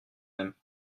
aime